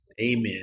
amen